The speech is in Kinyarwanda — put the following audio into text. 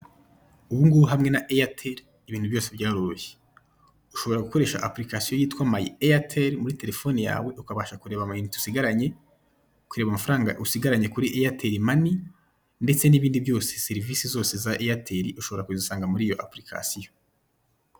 Ubungubu hamwe na eyeteri ibintu byose byaroroshye! Ushobora gukoresha apurikasiyo yitwa ''mayi eyateri'' muri telefone yawe, ukabasha: kureba amayinite usigaranye, kureba amafaranga usigaranye kuri eyateri mani ndetse n'ibindi byose; serivise zose za eyateri ushobora kuzisanga muri iyo apurikasiyo.